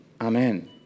amen